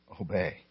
obey